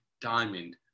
diamond